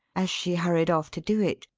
as she hurried off to do it,